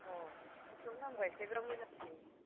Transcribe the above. अह खेबथाम गाहाम गायस्लायबा मोजांसिन